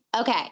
Okay